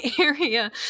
area